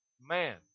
man